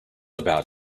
about